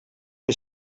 que